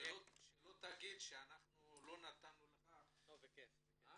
שלא תגיד שלא נתנו לך את זכות הדיבור.